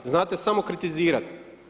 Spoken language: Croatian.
Znate samo kritizirati.